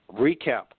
recap